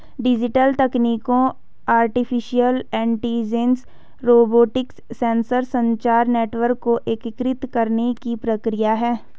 digital तकनीकों artificial intelligence, robotics, sensor, संचार network को एकीकृत करने की प्रक्रिया है